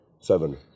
seven